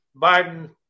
Biden